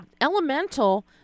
Elemental